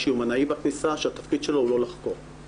יש יומנאי בכניסה שהתפקיד שלו הוא לא לחקור.